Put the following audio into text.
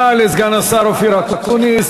תודה לסגן השר אופיר אקוניס.